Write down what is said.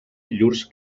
llurs